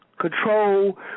Control